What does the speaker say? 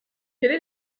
est